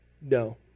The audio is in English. no